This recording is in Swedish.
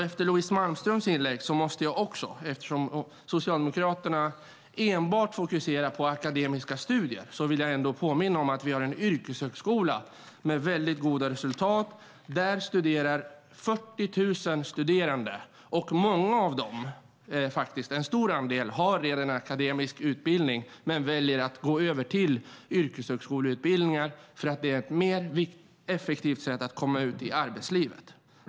Efter Louise Malmströms inlägg måste jag påminna om, eftersom Socialdemokraterna enbart fokuserar på akademiska studier, att vi har en yrkeshögskola med väldigt goda resultat. Där finns 40 000 studerande, och en stor andel av dem har redan en akademisk utbildning men har valt att gå över till yrkeshögskoleutbildningar därför att det är ett mer effektivt sätt att komma ut i arbetslivet.